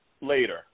later